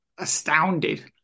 astounded